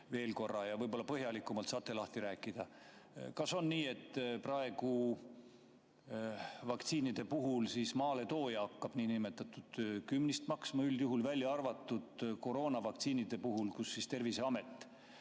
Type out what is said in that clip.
ja võib-olla saate põhjalikumalt lahti rääkida. Kas on nii, et praegu vaktsiinide puhul üldjuhul maaletooja hakkab niinimetatud kümnist maksma, välja arvatud koroonavaktsiinide puhul, kus Terviseamet